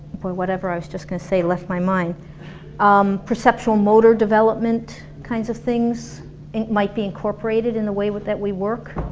what ever i was just gonna say left my mind um, perceptual motor development kinds of things and might be incorporated in the way that we work